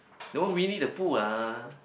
that one Winnie the Pooh lah